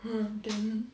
!huh! then